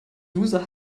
user